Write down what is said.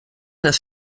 наш